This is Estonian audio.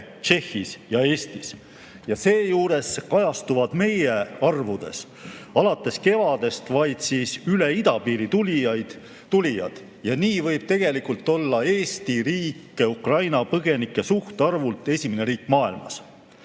Tšehhis ja Eestis. Seejuures kajastuvad meie arvudes alates kevadest vaid üle idapiiri tulijad ja nii võib tegelikult olla Eesti riik Ukraina põgenike suhtarvult esimene riik maailmas.